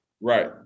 Right